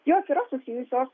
jos yra susijusios